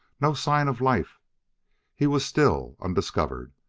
no sign of life he was still undiscovered.